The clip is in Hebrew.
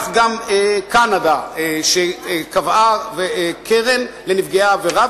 גם קנדה קבעה קרן לנפגעי עבירה,